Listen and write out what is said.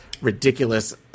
ridiculous